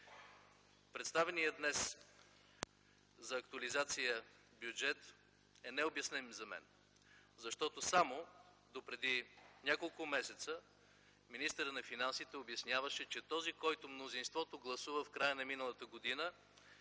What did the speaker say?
Представеният днес за актуализация бюджет е необясним за мен, защото само допреди няколко месеца министърът на финансите обясняваше, че този, който мнозинството гласува в края на миналата година,